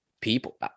people